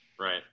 Right